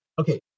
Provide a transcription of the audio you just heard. Okay